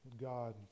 God